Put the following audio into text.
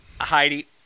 Heidi